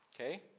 Okay